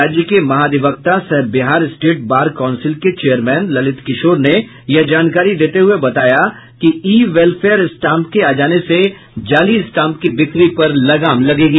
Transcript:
राज्य के महाधिवक्ता सह बिहार स्टेट बार काउंसिल के चेयरमैन ललित किशोर ने यह जानकारी देते हुये बताया कि ई वेलफेयर स्टांप के आ जाने से जाली स्टांप की बिक्री पर लगाम लगेगी